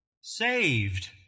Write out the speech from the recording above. saved